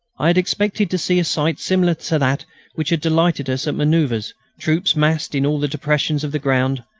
i had expected to see a sight similar to that which had delighted us at manoeuvres troops massed in all the depressions of the ground,